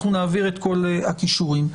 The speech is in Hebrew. נעביר את כל הקישורים.